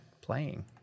playing